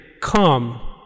come